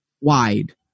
wide